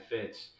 fits